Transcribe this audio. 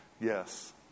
Yes